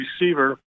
receiver